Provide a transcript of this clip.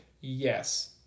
Yes